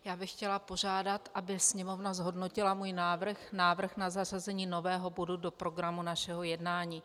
Já bych chtěla požádat, aby Sněmovna zhodnotila můj návrh na zařazení nového bodu do programu našeho jednání.